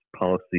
policy